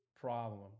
problem